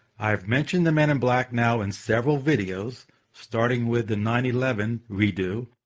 i've mentioned the men in black now in several videos starting with the nine eleven re-do.